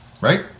Right